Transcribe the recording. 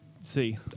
See